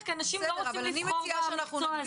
כי אנשים לא רוצים לבחור במקצוע הזה.